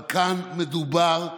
אבל כאן מדובר,